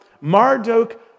Marduk